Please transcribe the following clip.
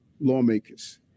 lawmakers